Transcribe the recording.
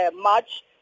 March